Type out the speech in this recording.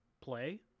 play